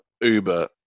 Uber